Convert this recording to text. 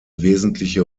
wesentliche